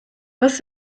was